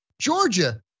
Georgia